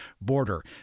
border